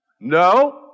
No